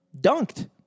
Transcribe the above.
Dunked